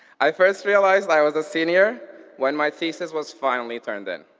i first realized i was a senior when my thesis was finally turned in.